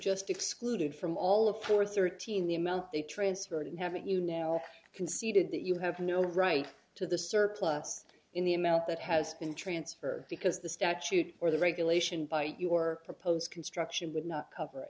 just excluded from all of for thirteen the amount they transferred and haven't you now conceded that you have no right to the surplus in the amount that has been transferred because the statute or the regulation by your proposed construction would not cover